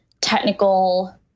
technical